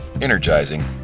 energizing